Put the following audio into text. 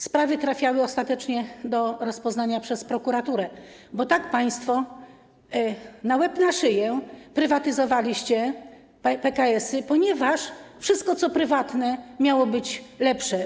Sprawy trafiały ostatecznie do rozpoznania przez prokuraturę, bo państwo na łeb, na szyję prywatyzowaliście PKS-y, ponieważ wszystko, co prywatne, miało być lepsze.